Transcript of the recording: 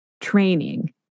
training